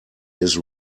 his